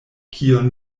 kion